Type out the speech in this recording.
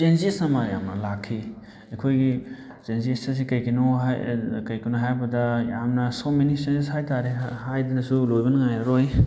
changes ꯑꯃ ꯌꯥꯝꯅ ꯂꯥꯛꯈꯤ ꯑꯩꯍꯣꯏꯒꯤ ꯆꯦꯟꯖꯦꯁ ꯑꯁꯤ ꯀꯔꯤ ꯀꯔꯤꯅꯣ ꯀꯔꯤ ꯀꯔꯤꯅꯣ ꯍꯥꯏꯕꯗ ꯌꯥꯝꯅ ꯁꯣ ꯃꯦꯅꯤ ꯆꯦꯟꯖꯦꯁ ꯍꯥꯏꯇꯥꯔꯦ ꯍꯥꯏꯗꯅꯁꯨ ꯂꯣꯏꯕ ꯅꯥꯏꯔꯔꯣꯏ